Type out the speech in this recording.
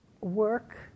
work